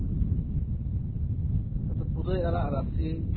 ᱟᱫᱚ ᱯᱩᱨᱟᱹᱭ ᱟᱲᱟᱜ ᱨᱟᱥᱮ